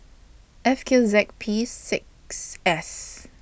F Q Z P six S